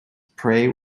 pray